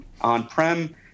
on-prem